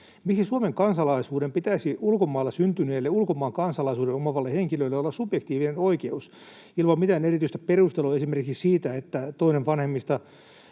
Miksi Suomen kansalaisuuden pitäisi ulkomailla syntyneelle, ulkomaan kansalaisuuden omaavalle henkilölle olla subjektiivinen oikeus ilman mitään erityistä perustelua esimerkki siitä, että toinen vanhemmista